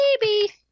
baby